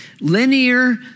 Linear